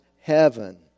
heaven